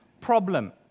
problem